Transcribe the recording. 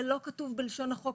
זה לא כתוב בלשון החוק,